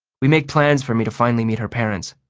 we make plans for me to finally meet her parents.